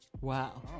Wow